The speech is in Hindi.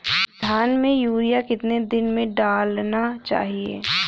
धान में यूरिया कितने दिन में डालना चाहिए?